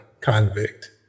convict